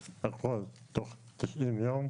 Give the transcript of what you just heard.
תוך 90 יום.